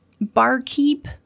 Barkeep